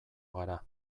gara